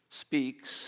speaks